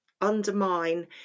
undermine